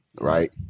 Right